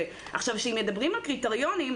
כשמדברים על קריטריונים,